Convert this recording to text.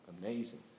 amazing